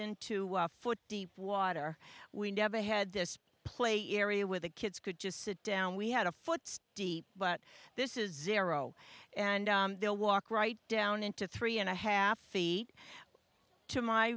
into foot deep water we never had this play area where the kids could just sit down we had a foot deep but this is zero and they'll walk right down into three and a half feet to my